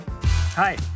Hi